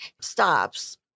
stops